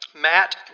Matt